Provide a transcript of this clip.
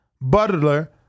Butler